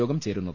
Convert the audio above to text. യോഗം ചേരുന്നത്